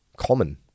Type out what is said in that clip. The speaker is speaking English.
common